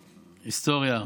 היסטוריה.